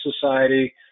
society